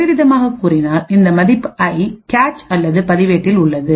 வேறுவிதமாகக் கூறினால் இந்த மதிப்பு ஐ கேச் அல்லது பதிவேட்டில் உள்ளது